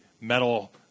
metal –